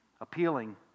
Appealing